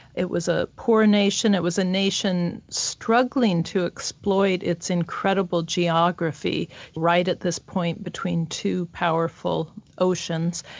it was a poor nation, it was a nation struggling to exploit its incredible geography right at this point between two powerful oceans.